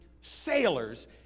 sailors